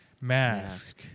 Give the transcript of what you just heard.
mask